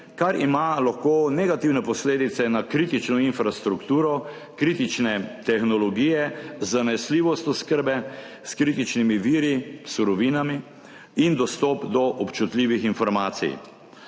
kar ima lahko negativne posledice na kritično infrastrukturo, kritične tehnologije, zanesljivost oskrbe s kritičnimi viri, surovinami in dostop do občutljivih informacij.